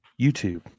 YouTube